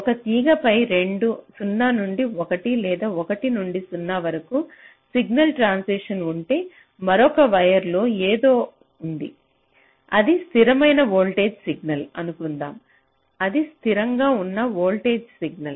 ఒక తీగపై 0 నుండి 1 లేదా 1 నుండి 0 వరకు సిగ్నల్ ట్రాన్సిషన్ ఉంటే మరొక వైర్ లో ఏదో ఉంది అది స్థిరమైన వోల్టేజ్ సిగ్నల్ అనుకుందాం అది స్థిరంగా ఉన్న వోల్టేజ్ సిగ్నల్